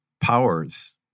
powers